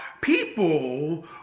People